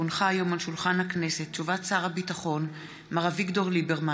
כי הונחה היום על שולחן הכנסת הודעת שר הביטחון מר אביגדור ליברמן